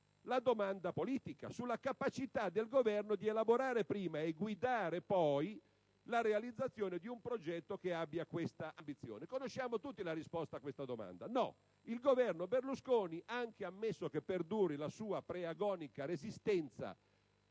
la domanda politica sulla capacità del Governo di elaborare prima e guidare poi la realizzazione di un progetto che abbia questa ambizione. Conosciamo tutti la risposta a questa domanda: no, il Governo Berlusconi, anche ammesso che perduri la sua preagonica resistenza,